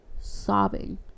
sobbing